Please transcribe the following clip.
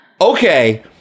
Okay